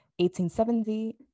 1870